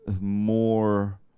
more